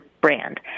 Brand